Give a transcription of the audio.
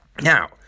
Now